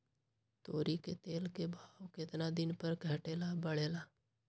तोरी के तेल के भाव केतना दिन पर घटे ला बढ़े ला?